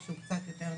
למעט אולי כמה ציבוריים,